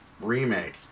remake